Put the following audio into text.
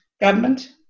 government